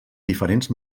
diferents